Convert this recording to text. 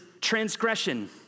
transgression